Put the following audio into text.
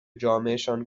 جامعهشان